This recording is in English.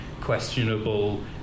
questionable